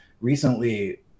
recently